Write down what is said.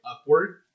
upward